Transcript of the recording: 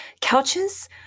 couches